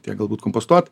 tiek galbūt kompostuot